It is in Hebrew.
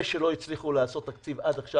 זה שלא הצליחו לעשות תקציב עד עכשיו,